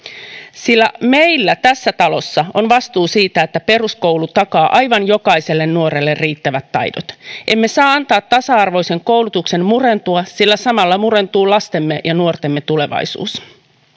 sillä meillä tässä talossa on vastuu siitä että peruskoulu takaa aivan jokaiselle nuorelle riittävät taidot emme saa antaa tasa arvoisen koulutuksen murentua sillä samalla murentuu lastemme ja nuortemme tulevaisuus